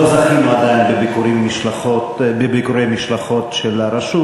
לא זכינו עדיין בביקורי משלחות של הרשות,